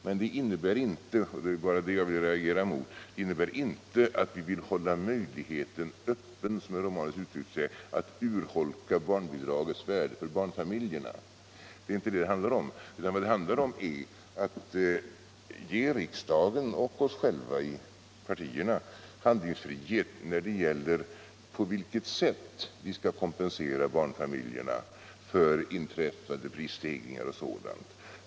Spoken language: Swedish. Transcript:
Detta innebär emellertid inte — och det är detta jag reagerar mot — att vi vill hålla möjligheten öppen att, som herr Romanus uttryckte det, urholka barnbidragets värde för barnfamiljerna. Det är inte det frågan handlar om, utan den handlar om att riksdagen och vi själva skall ha handlingsfrihet när det gäller på vilket sätt vi skall kompensera barnfamiljerna för inträffade prisstegringar och sådant.